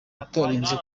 utarinze